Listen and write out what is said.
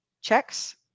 checks